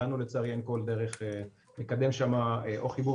לנו לצערי אין כל דרך לקדם שם או חיבור